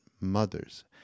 mothers